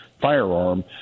firearm